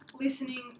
listening